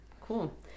Cool